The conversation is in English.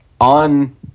on